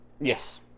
Yes